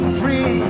free